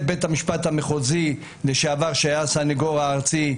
בית המשפט המחוזי לשעבר שהיה גם הסנגור הארצי,